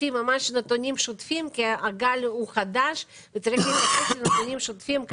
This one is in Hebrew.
לפי ממש נתונים שוטפים כי הגל הוא חדש וצריכים לתת נתונים שוטפים,